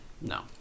no